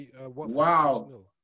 wow